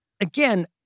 again